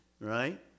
right